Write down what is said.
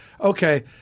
okay